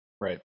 Right